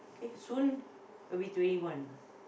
okay soon will be twenty one